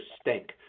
stink